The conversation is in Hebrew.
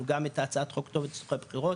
גם את הצעת חוק כתובת לצורכי בחירות,